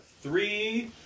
three